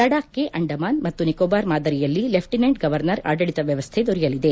ಲಡಾಕ್ಗೆ ಅಂಡಮಾನ್ ಮತ್ತು ನಿಕೋಬಾರ್ ಮಾದರಿಯಲ್ಲಿ lieutenant governor ಆಡಳಿತ ವ್ಯವಸ್ಥೆ ದೊರೆಯಲಿದೆ